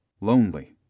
lonely